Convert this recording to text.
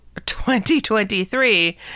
2023